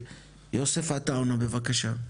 יוסף עטאונה בבקשה.